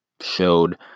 showed